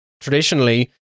traditionally